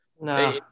no